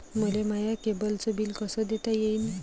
मले माया केबलचं बिल कस देता येईन?